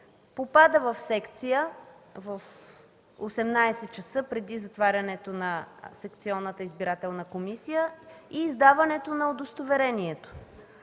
попада в секция в 18,00 ч. преди затварянето на Секционната избирателна комисия и издаването на удостоверението.